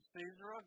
Caesar